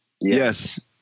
yes